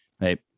Right